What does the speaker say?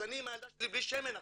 אז אני עם הילדה שלי בלי שמן עכשיו.